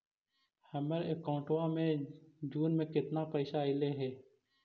हमर अकाउँटवा मे जून में केतना पैसा अईले हे?